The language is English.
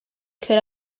could